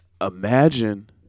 Imagine